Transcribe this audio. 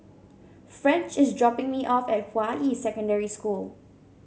French is dropping me off at Hua Yi Secondary School